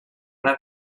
ara